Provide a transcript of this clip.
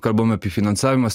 kalbam apie finansavimas